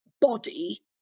body